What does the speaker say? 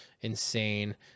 insane